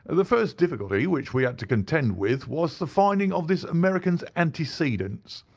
and the first difficulty which we had to contend with was the finding of this american's antecedents.